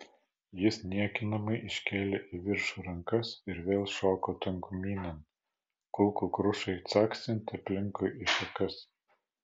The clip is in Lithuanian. jis niekinamai iškėlė į viršų rankas ir vėl šoko tankumynan kulkų krušai caksint aplinkui į šakas